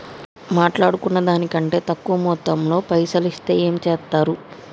మాట్లాడుకున్న దాని కంటే తక్కువ మొత్తంలో పైసలు ఇస్తే ఏం చేత్తరు?